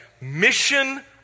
Mission